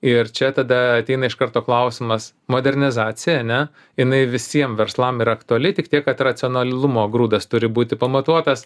ir čia tada ateina iš karto klausimas modernizacija ane jinai visiem verslam yra aktuali tik tiek kad racionalumo grūdas turi būti pamatuotas